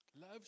love